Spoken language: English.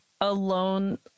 alone